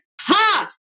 Ha